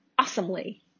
awesomely